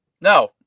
no